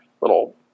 little